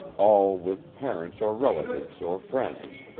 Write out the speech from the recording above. all with parents or relatives or friends.